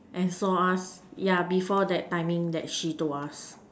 and saw us yeah before that timing that she told us